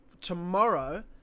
Tomorrow